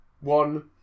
One